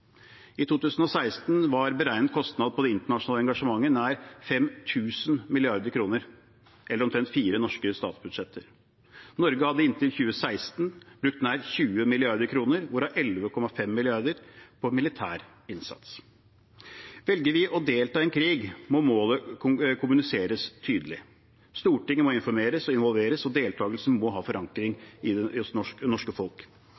I 2016 var beregnet kostnad for det internasjonale engasjementet nær 5 000 mrd. kr, eller omtrent fire norske statsbudsjetter. Norge hadde inntil 2016 brukt nær 20 mrd. kr, hvorav 11,5 mrd. kr på militær innsats. Velger vi å delta i en krig, må målet kommuniseres tydelig. Stortinget må informeres og involveres, og deltakelsen må ha forankring hos det norske folk.